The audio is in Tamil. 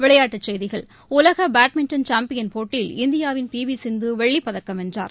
விளையாட்டுச் செய்திகள் உலகபேட்மிண்டன் சாம்பியன் போட்டியில் இந்தியாவின் பிவிசிந்தவெள்ளிப் பதக்கம் வென்றார்